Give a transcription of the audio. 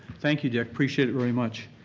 thank you, dick. appreciate it very much.